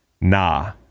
nah